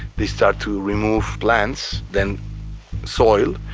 they start to remove plants, then soil,